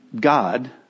God